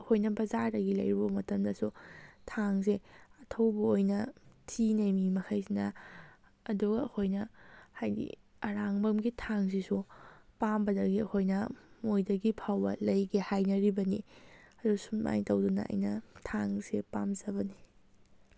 ꯑꯩꯈꯣꯏꯅ ꯕꯖꯥꯔꯗꯒꯤ ꯂꯩꯔꯨꯕ ꯃꯇꯝꯗꯁꯨ ꯊꯥꯡꯁꯦ ꯑꯊꯧꯕ ꯑꯣꯏꯅ ꯊꯤꯅꯩ ꯃꯤ ꯃꯈꯩꯁꯤꯅ ꯑꯗꯨꯒ ꯑꯩꯈꯣꯏꯅ ꯍꯥꯏꯗꯤ ꯑꯔꯥꯡꯐꯝꯒꯤ ꯊꯥꯡꯁꯤꯁꯨ ꯄꯥꯝꯕꯗꯒꯤ ꯑꯩꯈꯣꯏꯅ ꯃꯣꯏꯗꯒꯤ ꯐꯥꯎꯕ ꯂꯩꯒꯦ ꯍꯥꯏꯅꯔꯤꯕꯅꯤ ꯑꯗꯨ ꯁꯨꯃꯥꯏꯅ ꯇꯧꯗꯅ ꯑꯩꯅ ꯊꯥꯡꯁꯦ ꯄꯥꯝꯖꯕꯅꯤ